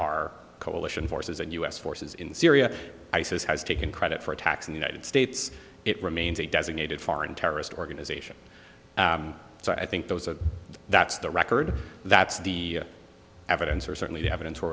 are coalition forces and u s forces in syria isis has taken credit for attacks in the united states it remains a designated foreign terrorist organization so i think those are that's the record that's the evidence or certainly the evidence